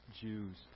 Jews